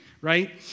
right